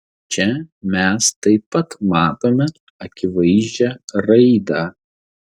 čia mes taip pat matome akivaizdžią raidą